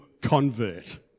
convert